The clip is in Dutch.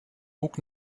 ook